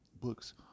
books